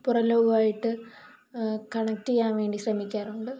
പുറം ലോകവുമായിട്ട് കണക്റ്റ് ചെയ്യാന് വേണ്ടി ശ്രമിക്കാറുണ്ട്